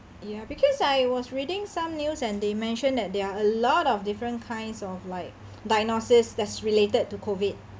ya because I was reading some news and they mentioned that there are a lot of different kinds of like diagnosis that's related to COVID